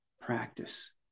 practice